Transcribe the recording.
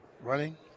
running